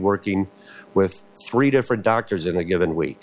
working with three different doctors in a given week